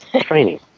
training